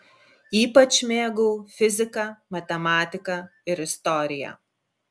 ypač mėgau fiziką matematiką ir istoriją